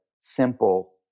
simple